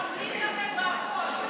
אנחנו מפריעים לכם בכול,